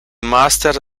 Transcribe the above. masters